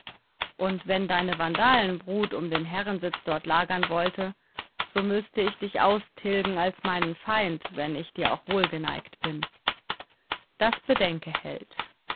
und wenn deine vandalenbrut um den herrensitz dort lagern wollte so müßte ich dich austilgen als meinen feind wenn ich dir auch wohlgeneigt bin das bedenke held